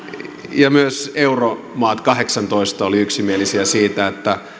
ja myös kahdeksantoista euromaata olivat yksimielisiä siitä että